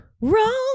Wrong